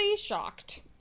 shocked